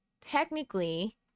technically